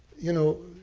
you know,